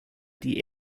die